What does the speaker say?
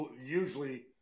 usually